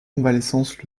convalescence